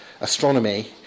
astronomy